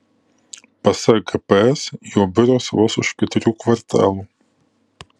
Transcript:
pasak gps jo biuras vos už keturių kvartalų